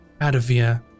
Adavia